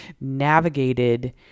navigated